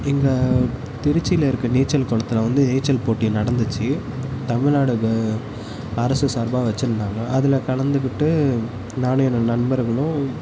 எங்கள் திருச்சியில் இருக்கற நீச்சல் குளத்துல வந்து நீச்சல் போட்டி நடந்துச்சு தமிழ்நாடு க அரசு சார்பாக வைச்சுருந்தாங்க அதில் கலந்துக்கிட்டு நானும் என்னோடய நண்பர்களும்